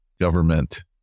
government